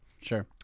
Sure